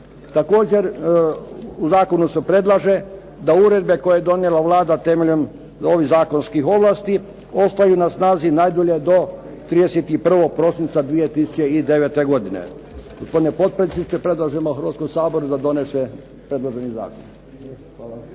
Također u zakonu se predlaže da uredbe koje je donijela Vlada temeljem ovih zakonskih ovlasti ostaju na snazi najdulje do 31. prosinca 2009. godine. Gospodine potpredsjedniče predlažemo hrvatskom Saboru da donese predloženi zakon.